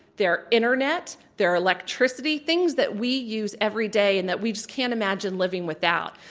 their internet, their electricity, things that we use every day and that we just can't imagine living without.